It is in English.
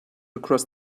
across